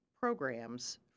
programs